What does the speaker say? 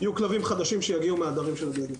יהיו כלבים חדשים שיגיעו מהעדרים של הבדווים.